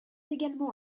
également